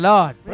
Lord